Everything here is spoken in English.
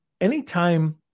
Anytime